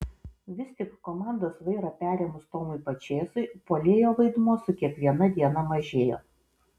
vis tik komandos vairą perėmus tomui pačėsui puolėjo vaidmuo su kiekviena diena mažėjo